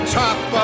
top